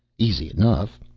easy enough.